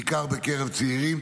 בעיקר בקרב צעירים,